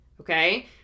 Okay